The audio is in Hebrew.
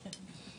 תלוי במה